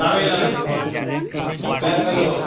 Tamil Nadu Bangalore